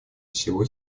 всего